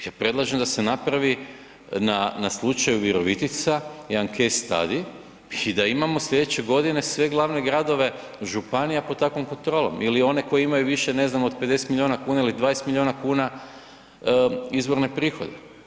Ja predlažem da se napravi na slučaju Virovitica ... i da imamo sljedeće godine sve glavne gradove županija pod takvom kontrolom ili one koji imaju više, ne znam, od 50 milijuna kuna ili 20 milijuna kuna izvorne prihode.